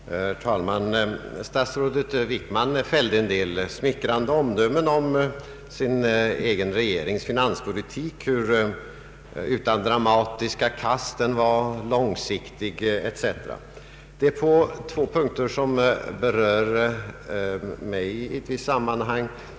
Herr talman! Statsrådet Wickman fällde en del smickrande omdömen om regeringens finanspolitik, dess avsaknad av dramatiska kast, hur långsiktig den var o.s.v. På två punkter vill jag göra några kommentarer.